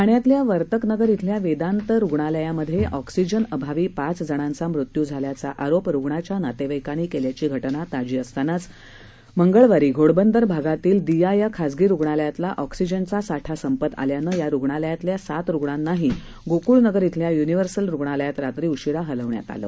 ठाण्यातल्या वर्तकनगर शिल्या वेदात हॉस्पीटलमध्ये ऑक्सीजन अभावी पाच जणांचा मृत्यू झाल्याचा आरोप रुणांच्या नातेवाईकांनी केल्याची घटना ताजी असतांनाच मंगळवारी घोडबंदर भागातील दिया या खाजगी रुग्णालयातला ऑक्सिजनचा साठा संपत आल्यानं या रुग्णालयातल्या सात रुग्णांनाही गोकुळनगर श्वेल्या युनिवर्सल रुग्णालयात रात्री उशिरा हलवण्यात आलं